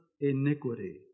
iniquity